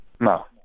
no